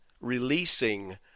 releasing